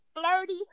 flirty